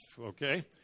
okay